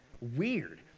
weird